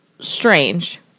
strange